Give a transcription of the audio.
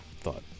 thought